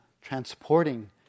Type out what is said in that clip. transporting